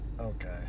Okay